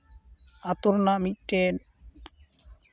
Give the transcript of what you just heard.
ᱟᱛᱳ ᱨᱮᱱᱟᱜ ᱢᱤᱫᱴᱮᱱ